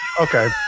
okay